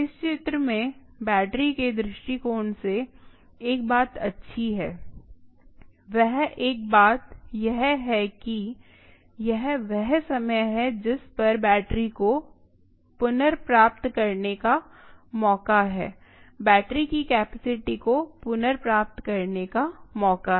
इस चित्र में बैटरी के दृष्टिकोंण से एक बात अच्छी है वह एक बात यह है कि यह वह समय है जिस पर बैटरी को पुनर्प्राप्त करने का मौका है बैटरी की कैपेसिटी को पुनर्प्राप्त करने का मौका है